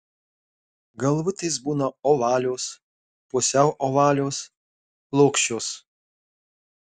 galvutės būna ovalios pusiau ovalios plokščios